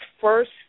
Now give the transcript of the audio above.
first